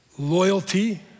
Loyalty